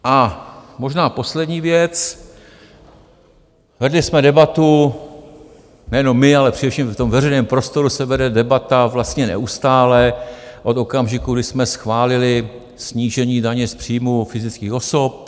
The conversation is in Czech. A možná poslední věc vedli jsme debatu, nejenom my, ale především v tom veřejném prostoru se vede debata vlastně neustále, od okamžiku, kdy jsme schválili snížení daně z příjmů fyzických osob.